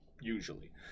usually